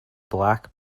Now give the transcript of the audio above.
black